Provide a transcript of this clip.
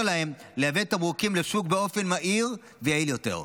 להם לייבא תמרוקים לשוק באופן מהיר ויעיל יותר.